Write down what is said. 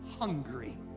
hungry